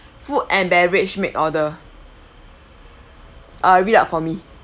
food and beverage make order uh read up for me